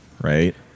Right